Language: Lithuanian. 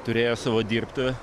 turėjo savo dirbtuvę